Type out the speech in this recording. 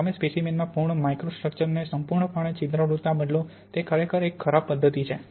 તમે સ્પેસિમેનમાં પૂર્ણ માઇક્રોસ્ટ્રક્ચરઅને સંપૂર્ણપણે છિદ્રાળુતા બદલો તે ખરેખર એક ખરાબ પદ્ધતિ છે